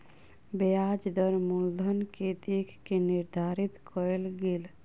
ब्याज दर मूलधन के देख के निर्धारित कयल गेल